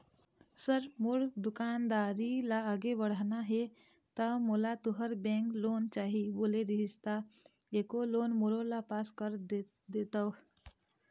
Sir मोर दुकानदारी ला आगे बढ़ाना हे ता मोला तुंहर बैंक लोन चाही बोले रीहिस ता एको लोन मोरोला पास कर देतव?